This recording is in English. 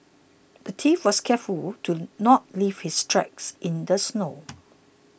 the thief was careful to not leave his tracks in the snow